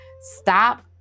stop